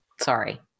Sorry